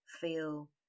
feel